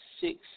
six